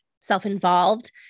self-involved